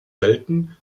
selten